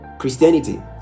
Christianity